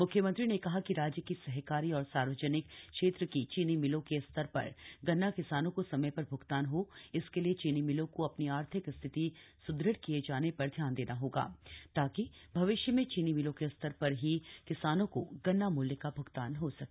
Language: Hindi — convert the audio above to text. मुख्यमंत्री ने कहा कि राज्य की सहकारी और सार्वजनिक क्षेत्र की चीनी मिलों के स्तर श्र गन्ना किसानों को समय श्र भ्रगतान हो इसके लिए चीनी मिलों को अ नी आर्थिक स्थिति स्दृ किये जाने र ध्यान देना होगा ताकि भविष्य में चीनी मिलों के स्तर प्र ही किसानों को गन्ना मूल्य का भ्गतान हो सके